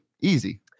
Easy